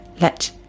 let